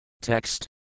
Text